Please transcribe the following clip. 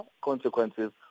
consequences